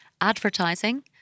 advertising